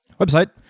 website